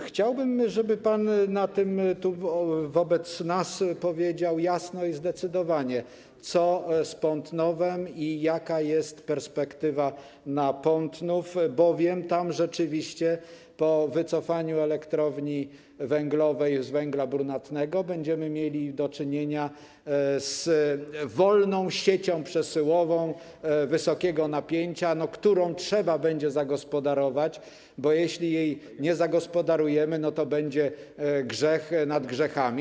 Chciałbym, żeby pan nam powiedział jasno i zdecydowanie, co z Pątnowem i jaka jest perspektywa dla Pątnowa, bowiem tam rzeczywiście po wycofaniu elektrowni węglowej z węgla brunatnego będziemy mieli do czynienia z wolną siecią przesyłową wysokiego napięcia, którą trzeba będzie zagospodarować, bo jeśli jej nie zagospodarujemy, to będzie grzech nad grzechami.